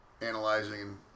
analyzing